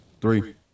Three